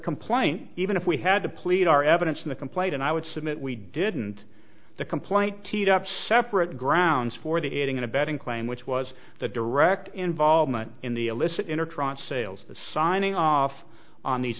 complaint even if we had to plead our evidence in the complaint and i would submit we didn't the complaint teed up separate grounds for the aiding and abetting claim which was the direct involvement in the illicit in a trot sales signing off on these